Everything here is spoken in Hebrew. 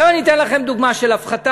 עכשיו אני אתן לכם דוגמה של הפחתה.